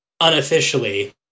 unofficially